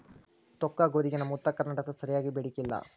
ತೊಕ್ಕಗೋಧಿಗೆ ನಮ್ಮ ಉತ್ತರ ಕರ್ನಾಟಕದಾಗ ಸರಿಯಾದ ಬೇಡಿಕೆ ಇಲ್ಲಾ